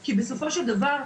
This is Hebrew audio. כי בסופו של דבר,